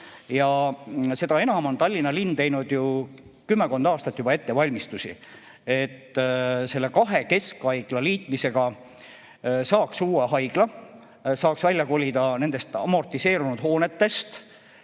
Ja seda enam on Tallinna linn teinud ju kümmekond aastat juba ettevalmistusi, et selle kahe keskhaigla liitmisega saaks uue haigla, saaks välja kolida nendest amortiseerunud hoonetest.